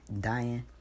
dying